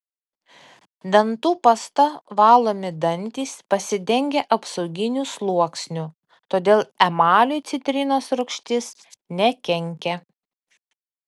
dantų pasta valomi dantys pasidengia apsauginiu sluoksniu todėl emaliui citrinos rūgštis nekenkia